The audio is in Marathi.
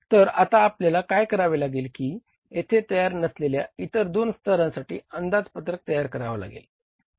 तर आता आपल्याला काय करावे लागेल की येथे तयार नसलेल्या इतर दोन स्तरांसाठी अंदाजपत्रक तयार करावा लागेल